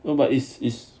no but it's it's